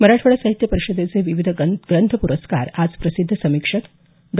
मराठवाडा साहित्य परिषेदचे विविध ग्रंथप्रस्कार आज प्रसिध्द समीक्षक डॉ